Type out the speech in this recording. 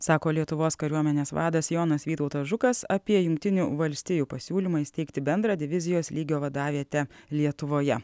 sako lietuvos kariuomenės vadas jonas vytautas žukas apie jungtinių valstijų pasiūlymą įsteigti bendrą divizijos lygio vadavietę lietuvoje